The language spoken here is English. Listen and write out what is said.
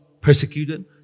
persecuted